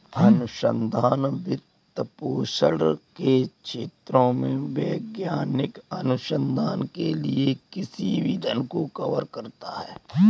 अनुसंधान वित्तपोषण के क्षेत्रों में वैज्ञानिक अनुसंधान के लिए किसी भी धन को कवर करता है